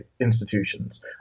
institutions